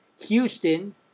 Houston